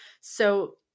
So-